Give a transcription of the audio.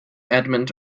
edmond